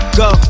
go